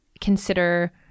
consider